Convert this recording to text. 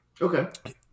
okay